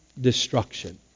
destruction